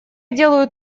делаю